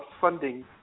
funding